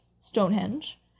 Stonehenge